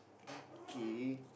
okay